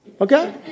Okay